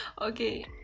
okay